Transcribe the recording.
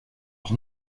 leur